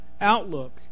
outlook